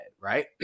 right